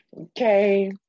Okay